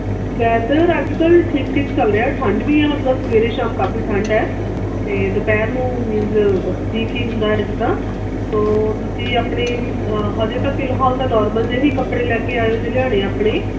weather ਅੱਜ ਕੱਲ੍ਹ ਠੀਕ ਠੀਕ ਚੱਲ ਰਿਹਾ ਠੰਡ ਵੀ ਹੈ ਮਤਲਬ ਸਵੇਰੇ ਸ਼ਾਮ ਕਾਫੀ ਠੰਡ ਹੈ ਅਤੇ ਦੁਪਹਿਰ ਨੂੰ ਮੀਨਜ਼ ਉਹ ਠੀਕ ਹੀ ਹੁੰਦਾ ਹੈ ਜਿੱਦਾਂ ਤੋ ਤੁਸੀਂ ਆਪਣੇ ਹਜੇ ਤਾਂ ਫਿਲਹਾਲ ਤਾਂ ਨੋਰਮਲ ਜਿਹੇ ਹੀ ਕੱਪੜੇ ਲੈ ਕੇ ਆਇਓ ਜੇ ਲਿਆਣੇ ਆਪਣੇ